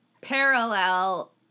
parallel